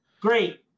great